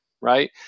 Right